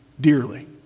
dearly